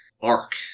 arc